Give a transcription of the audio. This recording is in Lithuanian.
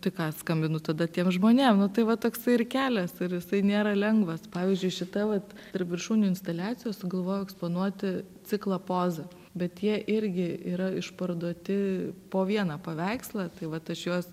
tai ką skambinu tada tiem žmonėm nu tai va toksai ir kelias ir jisai nėra lengvas pavyzdžiui šita vat tarp viršūnių instaliacijoj sugalvojau eksponuoti ciklą poza bet jie irgi yra išparduoti po vieną paveikslą tai vat aš juos